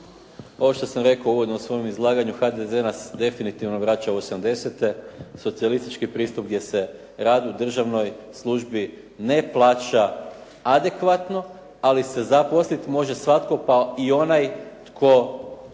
Ovo što sam rekao uvodno u svom izlaganju HDZ nas definitivno vraća u osamdesete, socijalistički pristup gdje se rad u državnoj službi ne plaća adekvatno. Ali se zaposlit može svatko pa i onaj tko